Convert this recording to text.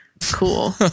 Cool